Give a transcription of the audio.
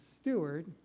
steward